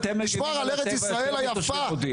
לשמור על ארץ ישראל היפה.